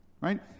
Right